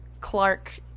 Clark